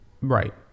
Right